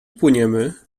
płyniemy